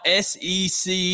SEC